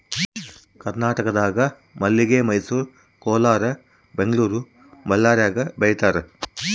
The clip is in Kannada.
ಕರ್ನಾಟಕದಾಗ ಮಲ್ಲಿಗೆ ಮೈಸೂರು ಕೋಲಾರ ಬೆಂಗಳೂರು ಬಳ್ಳಾರ್ಯಾಗ ಬೆಳೀತಾರ